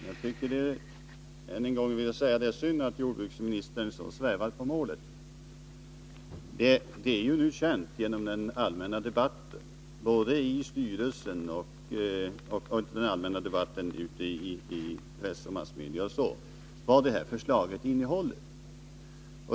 Herr talman! Jag vill än en gång säga att det är synd att jordbruksministern så svävar på målet. Det är ju ändå känt både i styrelsen och genom den allmänna debatten i massmedia vad förslaget innehåller.